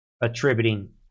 attributing